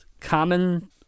common